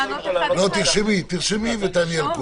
אתה יכול לומר להורה: אתה רוצה שהילד שלך ילמד?